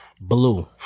Blue